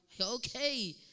Okay